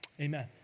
Amen